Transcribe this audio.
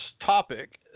topic—